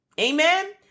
Amen